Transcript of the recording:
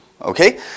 Okay